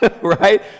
right